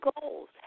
goals